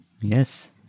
yes